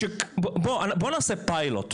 בואו נעשה פילוט,